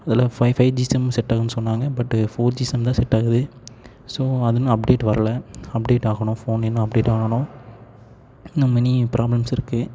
அதில் five five G sim செட்டாகும்னு சொன்னாங்க பட் ஃபோர்ஜி சிம் தான் செட்டாகுது ஸோ அது இன்னும் அப்டேட் வரல அப்டேட் ஆகணும் ஃபோன் இன்னும் அப்டேட் ஆகணும் இந்த மெனி ப்ராப்ளம்ஸ் இருக்குது